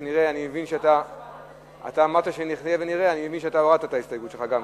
אני מבין שאתה הורדת את ההסתייגות שלך.